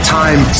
time